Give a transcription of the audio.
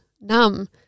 numb